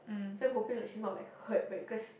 so I'm hoping like she's not like hurt but because